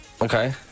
Okay